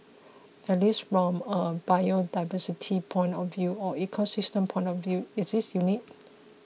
at least from a biodiversity point of view or ecosystem point of view is it unique